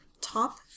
Top